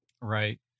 Right